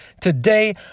today